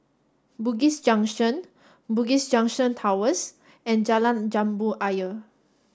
Bugis Junction Bugis Junction Towers and Jalan Jambu Ayer